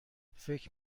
فکر